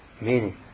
meaning